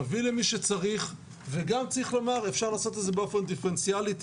נביא למי שצריך וגם אפשר לעשות את זה באופן דיפרנציאלי.